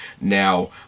now